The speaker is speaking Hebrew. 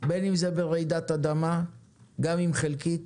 בין אם זה ברעידת אדמה, גם אם חלקית,